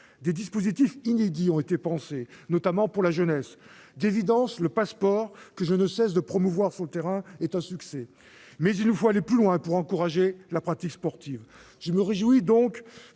Des dispositifs inédits ont été imaginés, notamment pour la jeunesse. De toute évidence, le Pass'Sport, que je ne cesse de promouvoir sur le terrain, est un succès. Mais il nous faut aller plus loin, pour encourager la pratique sportive.